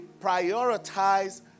prioritize